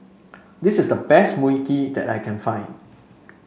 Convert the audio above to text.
this is the best Mui Kee that I can find